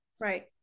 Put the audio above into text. Right